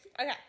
Okay